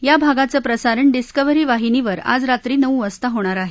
बा भागाचं प्रसारण डिस्कव्हरी वाहिनीवर आज रात्री नऊ वाजता होणार आह